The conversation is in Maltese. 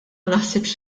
naħsibx